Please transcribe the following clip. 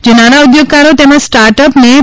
જે નાના ઊદ્યોગકારો તેમજ સ્ટાર્ટઅપ ને રૂ